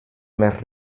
més